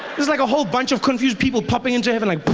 there's like a whole bunch of confused people popping into heaven like